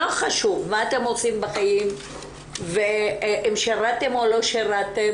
לא חשוב מה אתם עושים בחיים ואם שירתם או לא שירתם.